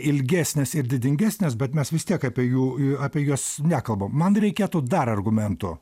ne ilgesnės ir didingesnės bet mes vis tiek apie jų apie juos nekalbam man reikėtų dar argumentų